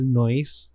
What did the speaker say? noise